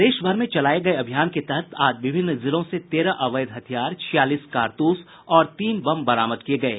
प्रदेश भर में चलाये गये अभियान के तहत आज विभिन्न जिलों से तेरह अवैध हथियार छियालीस कारतूस और तीन बम बरामद किये गये